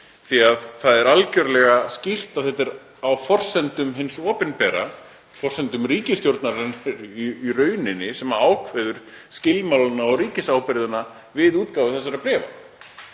Það er algerlega skýrt að þetta er á forsendum hins opinbera, forsendum ríkisstjórnarinnar í rauninni sem ákveður skilmálana og ríkisábyrgðina við útgáfu þessara bréfa.